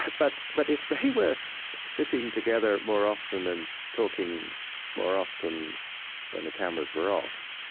but but if they were sitting together more often and talking more often when the cameras were off,